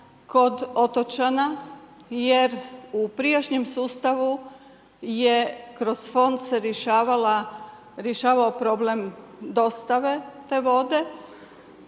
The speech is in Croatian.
kod otočana, jer u prijašnjem sustavu, je kroz fond se rješavao problem dostave te vode